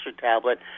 tablet